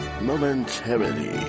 momentarily